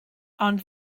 ond